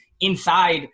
inside